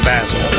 Basil